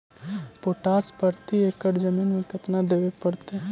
Potash प्रति एकड़ जमीन में केतना देबे पड़तै?